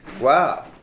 Wow